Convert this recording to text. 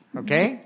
okay